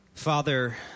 Father